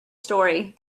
story